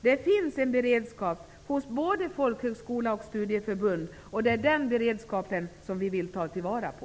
Det finns en beredskap hos både folkhögskolor och studieförbund. Det är denna beredskap som vi vill ta vara på.